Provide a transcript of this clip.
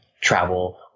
travel